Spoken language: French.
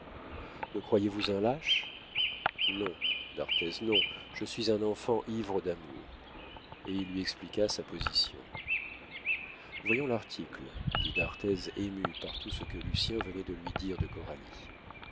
me croyez-vous un lâche non d'arthez non je suis un enfant ivre d'amour et il lui expliqua sa position voyons l'article dit d'arthez ému par tout ce que lucien venait de lui dire de coralie